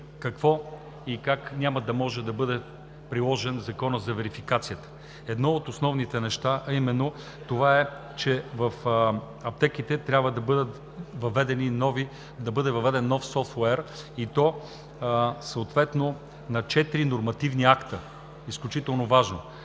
какво и как няма да може да бъде приложен Законът за верификацията, едно от основните неща е именно, че в аптеките трябва да бъде въведен нов софтуер, и то съответно на четири нормативни акта, които са изключително важни,